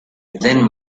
then